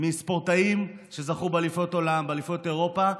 מספורטאים שזכו באליפויות עולם, באליפויות אירופה.